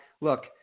look